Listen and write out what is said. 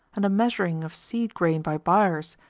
and a measuring of seed grain by byres,